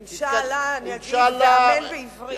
"אינשאללה", אני אגיד, ו"אמן", בעברית.